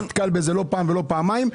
אני נתקל בזה לא פעם ולא פעמיים.